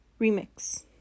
Remix